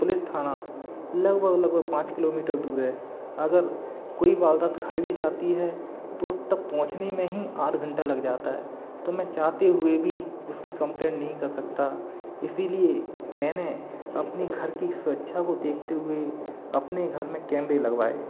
police थाना लगभग लगभग पाँच किलोमीटर दूर है अगर कोई वारदात घट भी जाती है तो तक पहुँचने में ही आध घंटा लग जाता है तो मैं चाहते हुए भी उसकी कंप्लेंट नहीं कर सकता इसीलिए मैंने अपने घर की सुरक्षा को देखते हुए अपने घर में कैमरे लगवाए